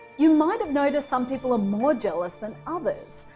you might noticed some people are more jealous than others.